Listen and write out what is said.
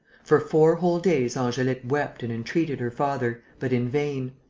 for four whole days angelique wept and entreated her father, but in vain.